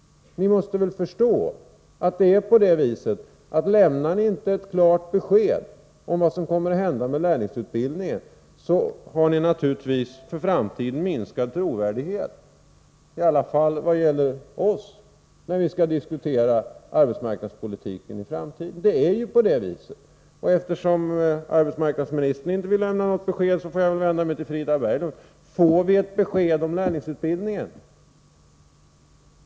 Ni måste förstå att om ni inte lämnar ett klart besked om vad som kommer att hända med lärlingsutbildningen har ni naturligtvis minskad trovärdighet — i alla fall vad gäller oss — när vi skall diskutera arbetsmarknadspolitiken i framtiden. Det är på det viset. Eftersom arbetsmarknadsministern inte vill svara måste jag vända mig till Frida Berglund: Får vi ett besked om lärlingsutbildningen?